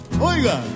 Oiga